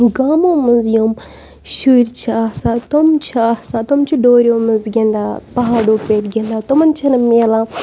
گامو منٛز یِم شُرۍ چھِ آسان تِم چھِ آسان تِم چھِ ڈوریو منٛز گِنٛدان پہاڑو پٮ۪ٹھ گِنٛدان تِمَن چھِنہٕ مِلان